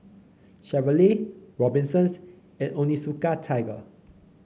Chevrolet Robinsons and Onitsuka Tiger